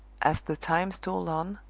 as the time stole on,